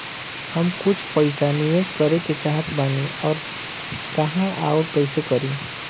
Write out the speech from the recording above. हम कुछ पइसा निवेश करे के चाहत बानी और कहाँअउर कइसे करी?